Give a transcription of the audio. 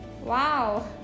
Wow